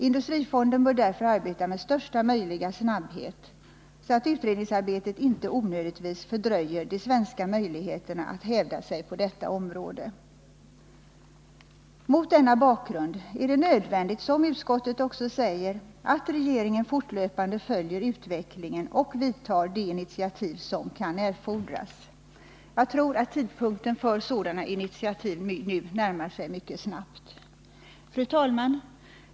Industrifonden bör därför arbeta med största möjliga snabbhet, så att utredningsarbetet inte onödigtvis fördröjer de svenska möjligheterna att hävda sig på detta område. Mot denna bakgrund är det nödvändigt, som utskottet också säger, att regeringen fortlöpande följer utvecklingen och tar de initiativ som kan erfordras. Jag tror att tidpunkten för sådana initiativ nu närmar sig mycket snabbt. Fru talman!